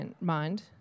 mind